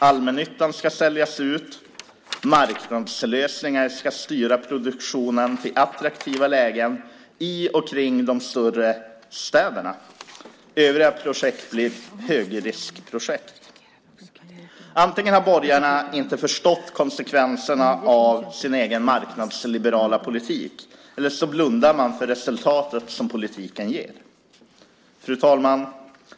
Allmännyttan ska säljas ut. Marknadslösningar ska styra produktionen till attraktiva lägen i och kring de större städerna. Övriga projekt blir högriskprojekt. Antingen har borgarna inte förstått konsekvenserna av sin egen marknadsliberala politik, eller också blundar de för det resultat som politiken ger. Fru talman!